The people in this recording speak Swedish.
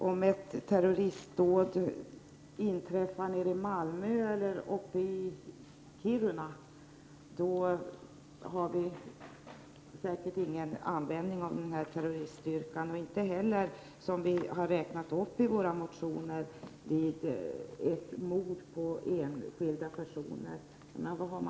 Om ett terroristdåd inträffar i Malmö eller i Kiruna kommer vi säkerligen inte att ha någon användning för den särskilda terroriststyrkan. Som vi har nämnt i vår motion kommer vi inte heller att få användning för den vid mord.